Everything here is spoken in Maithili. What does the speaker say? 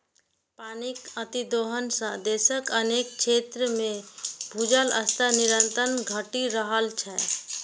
पानिक अतिदोहन सं देशक अनेक क्षेत्र मे भूजल स्तर निरंतर घटि रहल छै